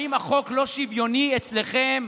האם החוק לא שוויוני אצלכם?